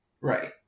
Right